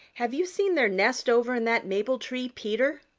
have you seen their nest over in that maple-tree, peter?